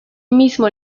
mismo